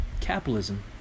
capitalism